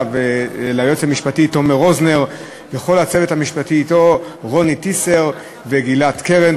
וליועץ המשפטי תומר רוזנר ולכל הצוות המשפטי שאתו: רוני טיסר וגלעד קרן,